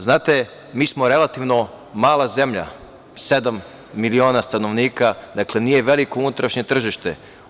Znate, mi smo relativno mala zemlja, sedam miliona stanovnika, dakle nije veliko unutrašnje tržište.